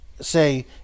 say